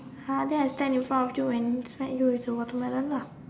!huh! then I stand in front of you when he fed you with the watermelon lah